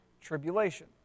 tribulation